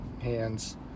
hands